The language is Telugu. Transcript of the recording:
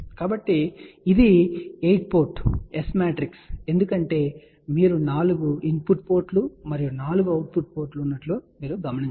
కాబట్టి ఇది 8 పోర్టు S మ్యాట్రిక్స్ ఎందుకంటే మీరు 4 ఇన్పుట్ పోర్టులు మరియు 4 అవుట్పుట్ పోర్ట్ ఉన్నట్లు చూడవచ్చు